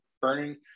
burning